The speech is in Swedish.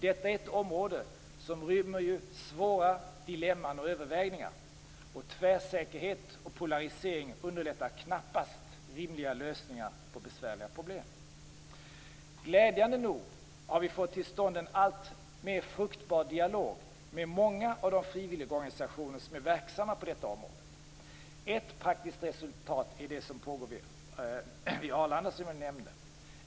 Detta är ett område som rymmer svåra dilemman och överväganden. Tvärsäkerhet och polarisering underlättar knappast rimliga lösningar på besvärliga problem. Glädjande nog har vi fått till stånd en alltmer fruktbar dialog med många av de frivilliga organisationer som är verksamma på detta område. Ett praktiskt resultat är det som pågår vid Arlanda som jag nämnde.